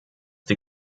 die